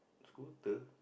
scooter